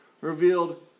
revealed